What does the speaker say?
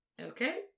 okay